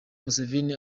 museveni